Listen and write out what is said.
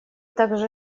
также